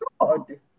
God